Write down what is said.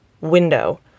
window